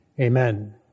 Amen